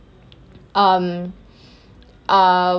um ah